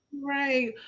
Right